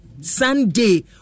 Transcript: Sunday